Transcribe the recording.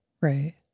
Right